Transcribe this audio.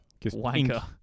wanker